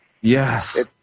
Yes